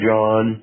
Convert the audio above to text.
John